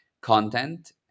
content